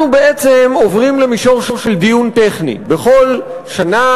אנחנו בעצם עוברים למישור של דיון טכני: בכל שנה